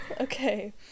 Okay